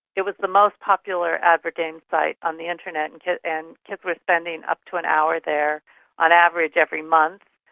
it was the most popular advergame site on the internet and kids and kids were spending up to an hour there on average every month,